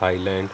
island